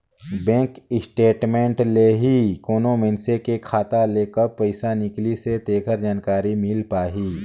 bank statement ले ही कोनो मइनसे के खाता ले कब पइसा निकलिसे तेखर जानकारी मिल पाही